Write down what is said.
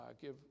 give